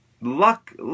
luck